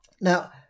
Now